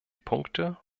punkte